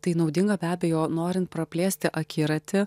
tai naudinga be abejo norint praplėsti akiratį